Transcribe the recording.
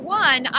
one